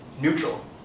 neutral